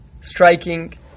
striking